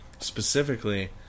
Specifically